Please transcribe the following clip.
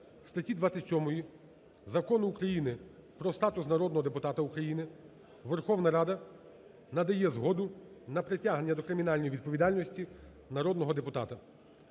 статті 27 Закону України "Про статус народного депутата України" Верховна Рада надає згоду на притягнення до кримінальної відповідальності народного депутата.